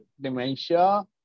dementia